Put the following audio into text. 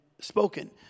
spoken